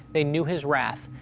they knew his wrath.